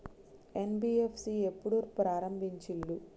NBFC ఎప్పుడు ప్రారంభించిల్లు?